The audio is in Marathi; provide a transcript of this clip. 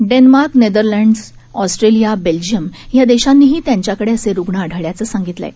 Denmark Netherlands Australia बेल्जियमयादेशांनीहीत्यांच्याकडेअसेरुग्णआढळल्याचंसांगितलंआहे